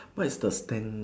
what is the spend